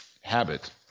habit